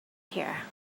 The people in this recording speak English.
here